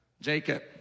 Jacob